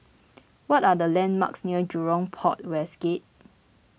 what are the landmarks near Jurong Port West Gate